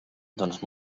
doncs